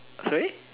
sorry